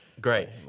Great